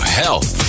health